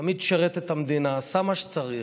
תמיד שירת את המדינה, עשה מה שצריך.